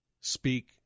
speak